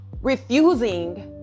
refusing